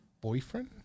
boyfriend